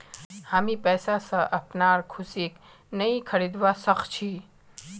हामी पैसा स अपनार खुशीक नइ खरीदवा सख छि